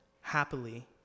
happily